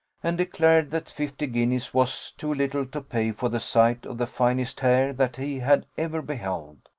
and declared that fifty guineas was too little to pay for the sight of the finest hair that he had ever beheld.